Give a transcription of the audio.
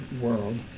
world